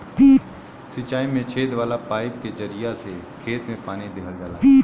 सिंचाई में छेद वाला पाईप के जरिया से खेत में पानी देहल जाला